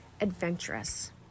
adventurous